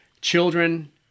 children